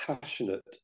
passionate